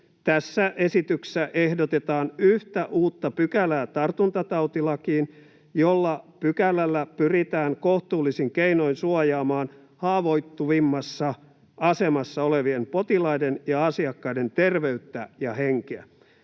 tässä esityksessä ehdotetaan tartuntatautilakiin yhtä uutta pykälää, jolla pyritään kohtuullisin keinoin suojaamaan haavoittuvimmassa asemassa olevien potilaiden ja asiakkaiden terveyttä ja henkeä.